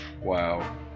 Wow